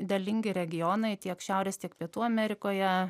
derlingi regionai tiek šiaurės tiek pietų amerikoje